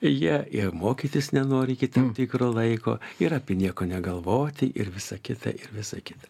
jie ir mokytis nenori iki tam tikro laiko ir apie nieko negalvoti ir visą kitą ir visą kitą